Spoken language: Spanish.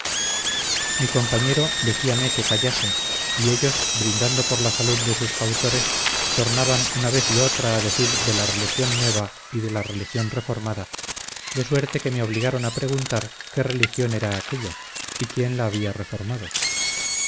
mi compañero decíame que callase y ellos brindando por la salud de sus fautores tornaban una vez y otra a decir de la religión nueva y de la religión reformada de suerte que me obligaron a preguntar qué religión era aquella y quién la había reformado